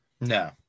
no